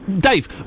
Dave